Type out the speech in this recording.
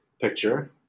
picture